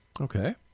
Okay